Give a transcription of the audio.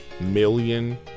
million